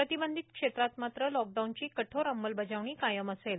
प्रतिबंधित क्षेत्रात मात्र लॉकडाऊनची कठोर अंमलबजावणी कायम असेल